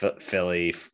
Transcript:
philly